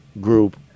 group